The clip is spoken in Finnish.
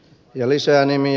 ja lisää nimiä